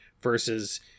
versus